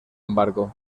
embargo